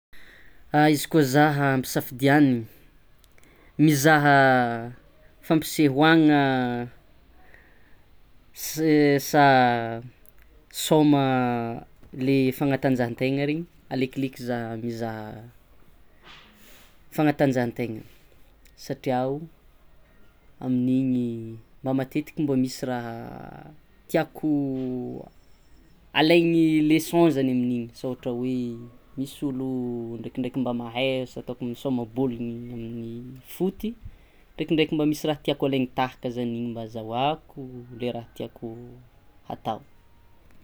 Izy koa zah ampisafidianina mizaha fampisehoàgna sa sôma le fagnatanjahantegna regny alekoleko zah mizaha fagnatanjahantegna satria o amin'igny mba matetiky misy raha tiako alaigny leson zany amin'igny asa ohatra hoe misy olo ndrekindreky mba mahay resaka misaoma bôly foty ndrekindreky mba misy raha tiako alegny tahaka zany igny mba ahazaoako le raha tiàko atao.